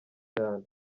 cyane